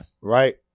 Right